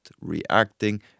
reacting